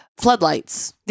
floodlights